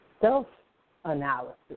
self-analysis